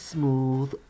Smooth